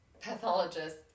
pathologist